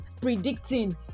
predicting